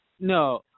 No